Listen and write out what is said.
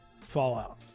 Fallout